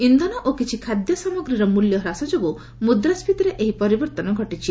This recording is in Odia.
ଇନ୍ଧନ ଓ କିଛି ଖାଦ୍ୟ ସାମଗ୍ରୀର ମୂଲ୍ୟ ହ୍ରାସ ଯୋଗୁଁ ମୁଦ୍ରାଷ୍ଟୀତିରେ ଏହି ପରିବର୍ଭନ ଘଟିଛି